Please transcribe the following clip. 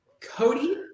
Cody